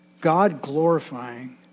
God-glorifying